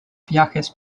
viajes